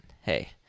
hey